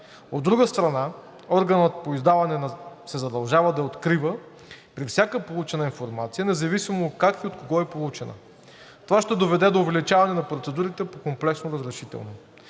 От друга страна, органът по издаване се задължава да я открива при всяка получена информация, независимо как и от кого е получена. Това ще доведе до увеличаване на процедурите по комплексно разрешително.